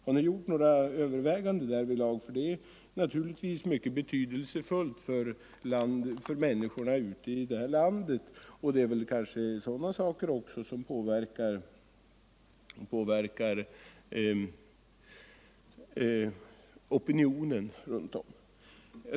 Det är givetvis en mycket betydelsefull fråga för flygresenärerna ute i landet, och det är också sådant som påverkar opinionen.